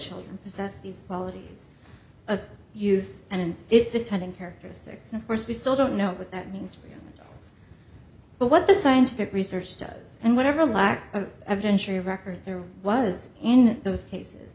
children possess these qualities of youth and its attendant characteristics of course we still don't know what that means but what the scientific research does and whatever lack of evidentiary records there was in those cases